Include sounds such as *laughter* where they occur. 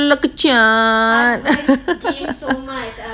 !alah! kesian *laughs*